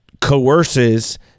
coerces